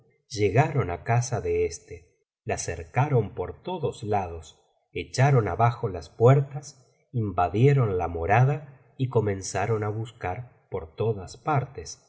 llegaron á casa de éste la cercaron por todos lados echaron abajo las puertas invadieron la morada y comenzaron á buscar por todas partes